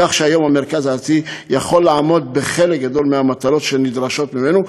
כך שהיום המרכז הארצי יכול לעמוד בחלק גדול מהמטלות הנדרשות ממנו.